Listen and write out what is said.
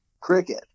Cricket